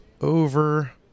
over